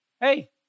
Hey